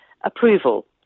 approval